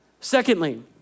Secondly